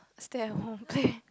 stay at home okay